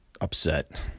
upset